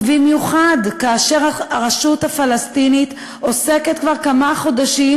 ובמיוחד כאשר הרשות הפלסטינית עוסקת כבר כמה חודשים